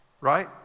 right